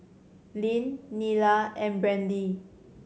Lyn Nila and Brandi